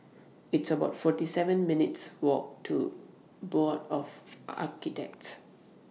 It's about forty seven minutes' Walk to Board of Architects